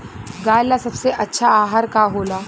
गाय ला सबसे अच्छा आहार का होला?